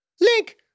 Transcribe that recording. Link